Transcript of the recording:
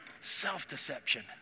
Self-deception